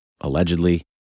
allegedly